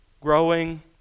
growing